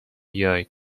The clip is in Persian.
بیای